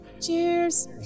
Cheers